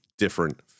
different